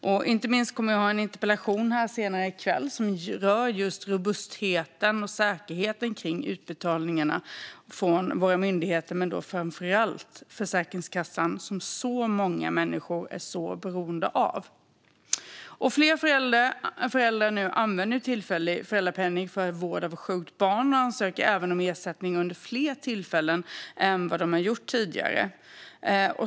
Jag kommer att ha en interpellationsdebatt senare i kväll om just robustheten och säkerheten i fråga om utbetalningarna från våra myndigheter, framför allt Försäkringskassan som många människor är så beroende av. Fler föräldrar använder nu tillfällig föräldrapenning för vård av sjukt barn och ansöker även om ersättning under fler tillfällen än de har gjort tidigare.